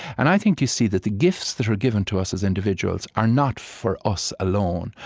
and i think you see that the gifts that are given to us as individuals are not for us alone,